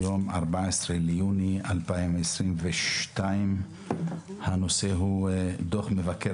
היום 14 ביוני 2022. הנושא הוא דוח מבקר